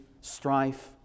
strife